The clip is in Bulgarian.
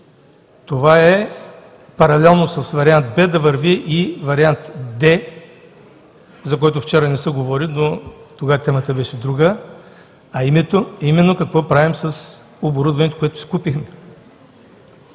Това е паралелно с вариант „Б“ да върви и вариант „Д“, за който вчера не се говори, но тогава темата беше друга, а именно какво правим с оборудването, което си купихме.